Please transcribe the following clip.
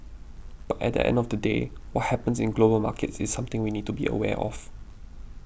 but at the end of the day what happens in global markets is something we need to be aware of